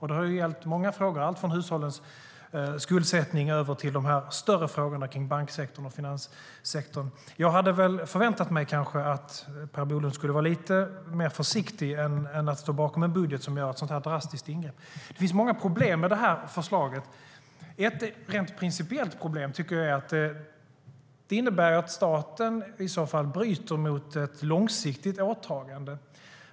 Det har gällt många frågor, allt från hushållens skuldsättning till större frågor om banksektorn och finanssektorn. Jag hade därför förväntat mig att Per Bolund skulle vara lite mer försiktig än att stå bakom en budget som gör ett sådant drastiskt ingrepp. Det finns många problem med detta förslag. Ett rent principiellt problem är att det innebär att staten bryter ett långsiktigt åtagande.